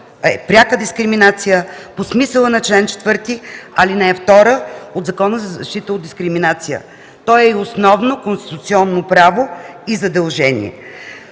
пряка дискриминация по смисъла на чл. 4, ал. 2 от Закона за защита от дискриминация. Той е и основно конституционно право и задължение.